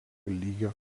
lygio